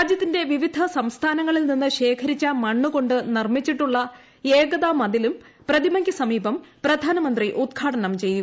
രാജ്യത്തിന്റെ വിപിധ സംസ്ഥാനങ്ങളിൽ നിന്ന് ശേഖരിച്ച മണ്ണ് കൊ നിർമ്മിച്ചിട്ടുള്ള ഏകതാമതിലും പ്രതിമയ്ക്കു സമീപം പ്രധാനമന്ത്രി ഉദ്ഘാടനം ചെയ്തു